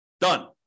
Done